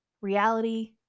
reality